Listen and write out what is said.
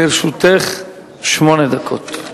לרשותך שמונה דקות.